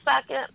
second